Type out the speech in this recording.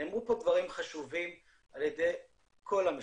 נאמרו פה דברים חשובים על ידי כל המשתתפים,